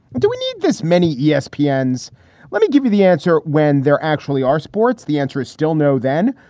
do we need this many yeah espn ads? let me give you the answer when there actually are sports. the answer is still no then.